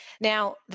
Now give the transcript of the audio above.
Now